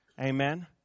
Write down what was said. Amen